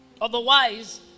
Otherwise